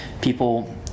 people